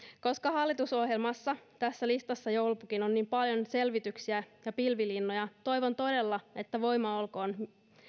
koska hallitusohjelmassa tässä listassa joulupukin on niin paljon selvityksiä ja pilvilinnoja toivon todella että voima olkoon